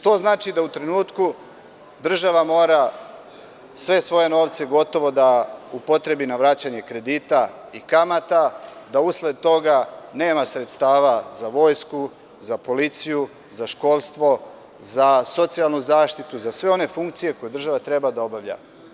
To znači da u trenutku država mora sve svoje novce gotovo da upotrebi na vraćanje kredita i kamata, da usled toga nema sredstava za vojsku, za policiju, za školstvo, za socijalnu zaštitu, za sve one funkcije koje država treba da obavlja.